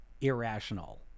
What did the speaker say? irrational